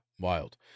wild